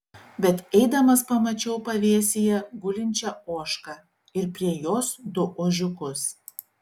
bet eidamas pamačiau pavėsyje gulinčią ožką ir prie jos du ožiukus